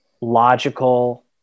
logical